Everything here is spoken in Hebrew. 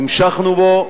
המשכנו בו.